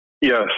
Yes